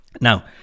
Now